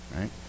right